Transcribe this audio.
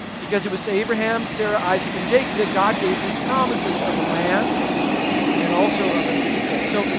because it was to abraham, sarah isaac, and jacob that god gave these promises of a land and also of a people. so,